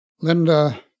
Linda